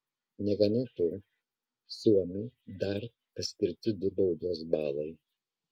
negana to suomiui dar paskirti du baudos balai